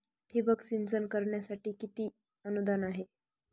ठिबक सिंचन करण्यासाठी किती अनुदान आहे?